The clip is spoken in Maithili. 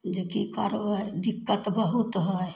जे की करबै दिक्कत बहुत हइ